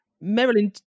Marilyn